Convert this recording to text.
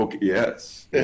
Yes